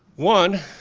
one,